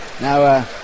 Now